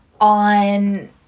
on